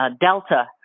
Delta